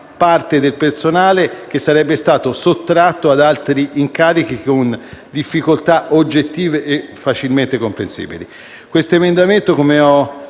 parte del personale, che sarebbe stato sottratto da altri incarichi, con difficoltà oggettive e facilmente comprensibili. L'emendamento - come ho